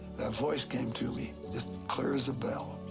a voice came to me, just clear as a bell,